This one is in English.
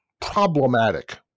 problematic